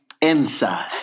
inside